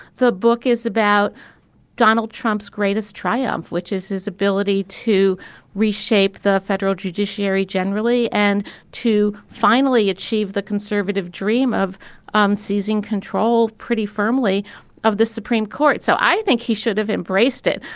the book is about donald trump's greatest triumph, which is his ability to reshape the federal judiciary generally and to finally achieve the conservative dream of um seizing control pretty firmly of the supreme court. so i think he should have embraced it.